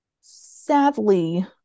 sadly